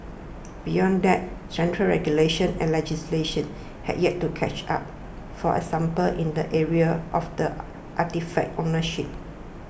beyond that central regulation and legislation have yet to catch up for example in the area of the artefact ownership